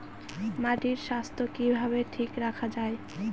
মাটির স্বাস্থ্য কিভাবে ঠিক রাখা যায়?